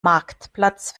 marktplatz